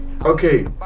okay